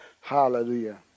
Hallelujah